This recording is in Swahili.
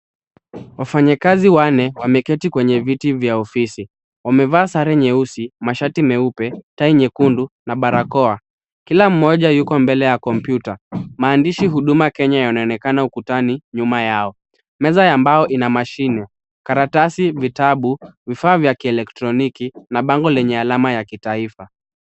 Wafanyakazi wanne wameketi kwenye viti vya ofisi. Wamevaa sare nyeusi mashati meupe, tai nyekundu na barakoa. Kila mmoja yuko mbele ya kompyuta. Maandishi Huduma Kenya yanaonekana ukutani nyuma yao. Meza ya mbao ina mashimo. Karatasi, vitabu, vifaa vya kielektroniki na bango lenye alama ya kitaifa.